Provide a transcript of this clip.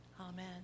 Amen